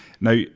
Now